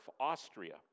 Austria